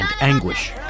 anguish